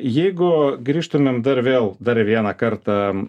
jeigu grįžtumėm dar vėl dar vieną kartą